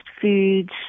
foods